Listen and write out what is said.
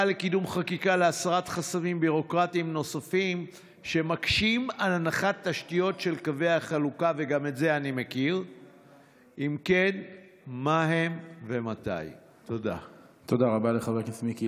3. האם תפעל לקידום חקיקה להסרת חסמים ביורוקרטיים